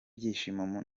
ibyishimo